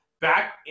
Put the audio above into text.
back